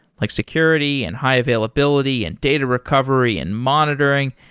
like security, and high-availability, and data recovery, and monitoring,